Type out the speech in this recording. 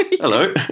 Hello